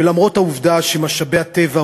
ולמרות העובדה שמשאבי הטבע,